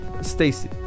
Stacy